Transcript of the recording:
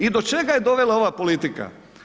I do čega je dovela ova politika?